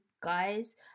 guys